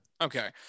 Okay